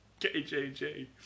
kjj